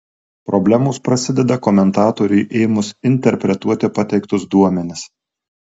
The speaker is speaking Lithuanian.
problemos prasideda komentatoriui ėmus interpretuoti pateiktus duomenis